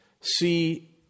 see